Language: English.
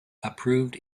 approved